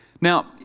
Now